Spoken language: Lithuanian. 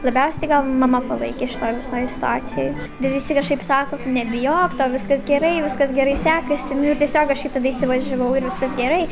labiausiai gal mama palaikė šitoj visoj situacijoj bet visi kažkaip sako tu nebijok tau viskas gerai viskas gerai sekasi nu ir tiesiog kažkaip tada įsivažiavau ir viskas gerai